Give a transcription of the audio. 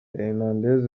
hernandez